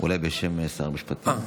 אולי בשם שר המשפטים.